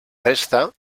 resta